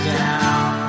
down